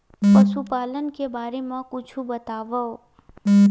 पशुपालन के बारे मा कुछु बतावव?